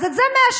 אז את זה מאשרים,